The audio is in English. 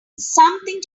something